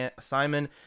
Simon